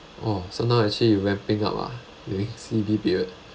oh so now actually you ramping up ah during C_B period